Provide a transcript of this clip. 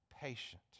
patient